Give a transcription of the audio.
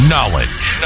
Knowledge